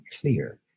clear